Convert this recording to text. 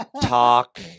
Talk